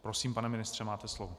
Prosím, pane ministře, máte slovo.